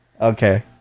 Okay